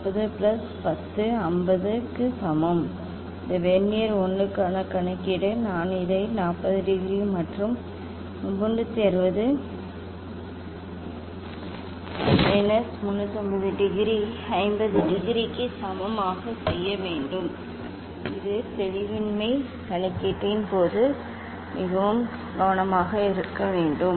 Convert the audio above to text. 40 plus 10 50 க்கு சமம் இந்த வெர்னியர் 1 க்கான கணக்கீடு நாம் இதை 40 டிகிரி மற்றும் 360 மைனஸ் 350 டிகிரி 50 டிகிரிக்கு சமமாக செய்ய வேண்டும் இது தெளிவின்மை கணக்கீட்டின் போது மிகவும் கவனமாக இருக்க வேண்டும்